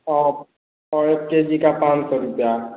औ औ एक केजी का पाँच सौ रुपया